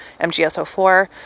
MgSO4